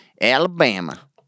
Alabama